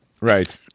Right